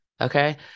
okay